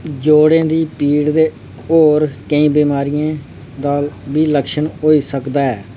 जोड़ें दी पीड़ दे होर केईं बमारियें दा बी लक्षण होई सकदा ऐ